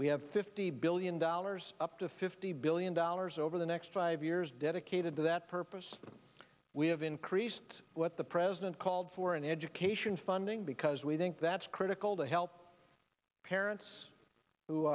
we have fifty billion dollars up to fifty billion dollars over the next five years dedicated to that purpose we have increased what the president called for in education funding because we think that's critical to help parents who